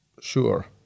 sure